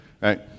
right